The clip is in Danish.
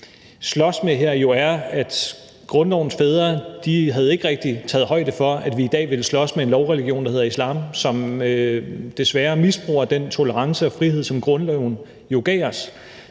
slås med her, jo er, at grundlovens fædre ikke rigtig havde taget højde for, at vi i dag ville slås med en lovreligion, der hedder islam, som desværre misbruger den tolerance og frihed, som grundloven jo gav os,